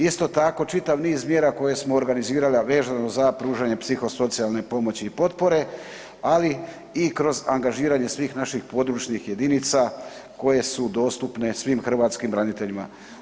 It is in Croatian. Isto tako čitav niz mjera koje smo organizirali, a vezano za pružanje psihosocijalne pomoći i potpore, ali i kroz angažiranje svih naših područnih jedinica koje su dostupne svim hrvatskim braniteljima.